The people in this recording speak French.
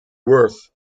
worth